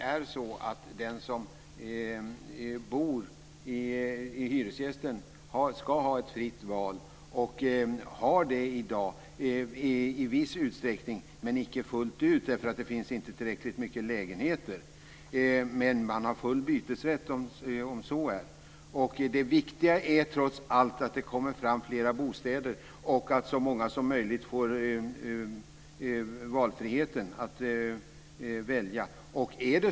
Fru talman! Den som bor i hyresrätten ska ha ett fritt val och har det i dag i viss utsträckning. Det gäller icke fullt ut, eftersom det inte finns tillräckligt många lägenheter. Men man har full bytesrätt om så är. Det viktiga är trots allt att det kommer fram fler bostäder och att så många som möjligt får möjlighet att välja.